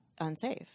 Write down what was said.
unsafe